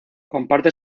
comparte